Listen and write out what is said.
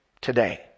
today